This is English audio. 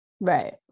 Right